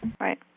right